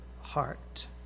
heart